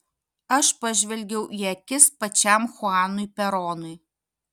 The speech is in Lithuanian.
aš pažvelgiau į akis pačiam chuanui peronui